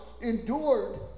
endured